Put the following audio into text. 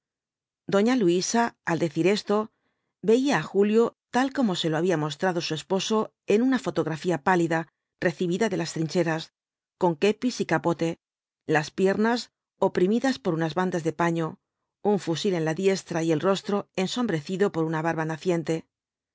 doña luisa al decir esto veía á julio tal como se lo había mostrado su esposo en una fotografía pálida recibida de las trincheras con kepis y capote las piernas oprimidas por unas bandas de paño un fusil en la diestra y el rostro ensombrecido por una barba naciente